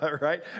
right